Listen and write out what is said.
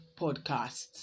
Podcasts